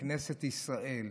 בכנסת ישראל,